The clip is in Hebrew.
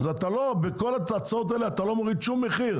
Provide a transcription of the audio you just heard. אז בכל ההצעות האלה אתה לא מוריד שום מחיר.